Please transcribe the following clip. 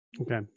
Okay